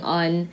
on